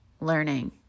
learning